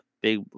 Big